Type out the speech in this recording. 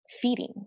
feeding